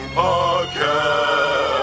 podcast